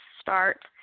start